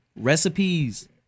Recipes